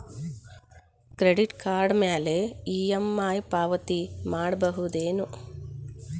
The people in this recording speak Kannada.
ಕ್ರೆಡಿಟ್ ಕಾರ್ಡ್ ಮ್ಯಾಲೆ ಇ.ಎಂ.ಐ ಪಾವತಿ ಮಾಡ್ಬಹುದೇನು?